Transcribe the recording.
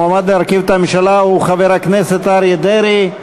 המועמד להרכיב את הממשלה הוא חבר הכנסת אריה דרעי.